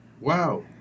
wow